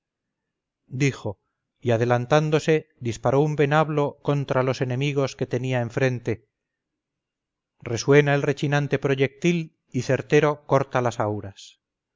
dijo y adelantándose disparó un venablo contra los enemigos que tenía enfrente resuena el rechinante proyectil y certero corta las auras